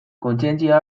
kontzientzia